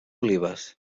olives